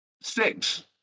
Six